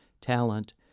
talent